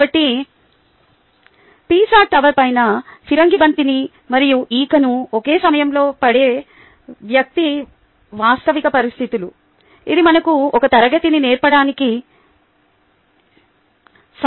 కాబట్టి Pisa tower పైన ఫిరంగి బంతిని మరియు ఈకను ఒకే సమయంలో పడే వ్యక్తి వాస్తవిక పరిస్థితులు అది మనకు ఒక తరగతిని నేర్పడానికి సమానం